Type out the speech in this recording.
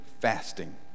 fasting